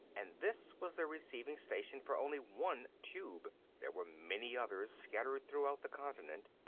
and this was the receiving station for only one tube there were many others, scattered throughout the continent.